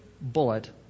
bullet